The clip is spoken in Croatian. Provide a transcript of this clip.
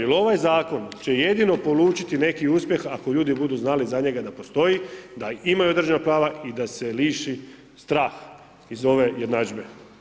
Jel ovaj zakon će jedino polučiti neki uspjeh ako ljudi budu znali za njega da postoji, da imaju određena prava i da se liši strah iz ove jednadžbe.